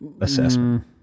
assessment